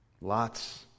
Lots